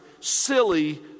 silly